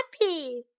Happy